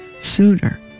sooner